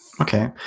okay